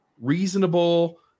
reasonable